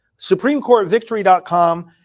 SupremeCourtVictory.com